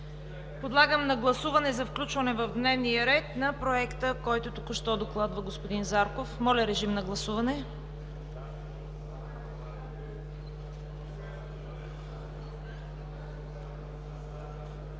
Подлагам на гласуване за включване в дневния ред на Проекта, който току-що докладва господин Зарков. Гласували